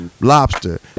lobster